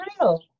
real